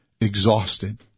exhausted